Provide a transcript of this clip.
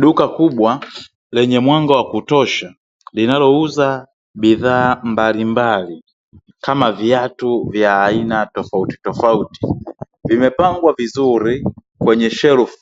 Duka kubwa lenye mwanga wa kutosha, linalouza bidhaa mbalimbali kama viatu vya aina tofautitofauti, vimepangwa vizuri kwenye shelfu